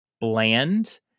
bland